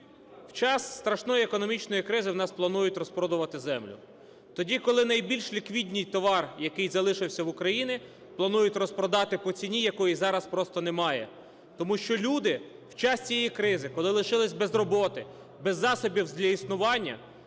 В час страшної економічної кризи у нас планують розпродувати землю – тоді, коли найбільш ліквідний товар, який залишився в Україні, планують розпродати по ціні, якої зараз просто немає. Тому що люди в час цієї кризи, коли лишились без роботи, без засобів для існування,